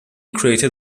created